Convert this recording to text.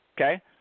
Okay